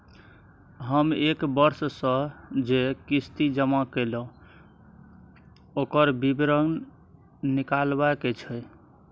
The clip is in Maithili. हम एक वर्ष स जे किस्ती जमा कैलौ, ओकर विवरण निकलवाबे के छै?